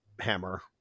hammer